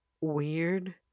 weird